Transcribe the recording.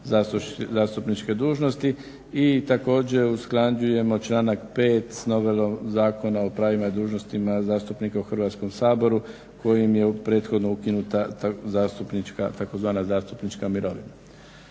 zastupničke dužnosti i također usklađujemo članak 5. s novelom Zakona o pravima i dužnostima zastupnika u Hrvatskom saboru kojim je prethodno ukinuta tzv. zastupnička mirovina.